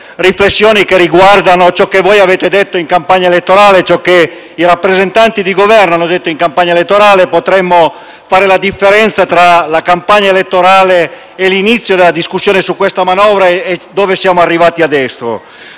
riflessioni che riguardano ciò che voi avete detto in campagna elettorale e ciò che i rappresentanti di Governo hanno detto in campagna elettorale. Potremmo fare la differenza tra la campagna elettorale, l'inizio della discussione sulla manovra e il punto in cui siamo arrivati adesso.